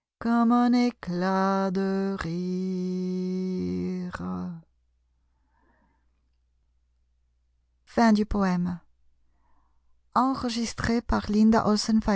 un éclat de rire